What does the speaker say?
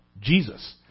Jesus